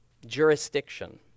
jurisdiction